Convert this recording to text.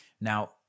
Now